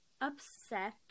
upset